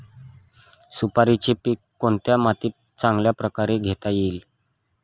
सुपारीचे पीक कोणत्या मातीत चांगल्या प्रकारे घेता येईल?